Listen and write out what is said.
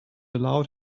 allowed